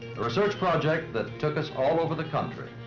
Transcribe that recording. a research project that took us all over the country.